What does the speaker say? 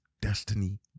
destiny